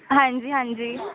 ਹਾਂਜੀ ਹਾਂਜੀ